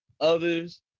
others